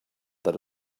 that